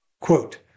Quote